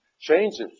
changes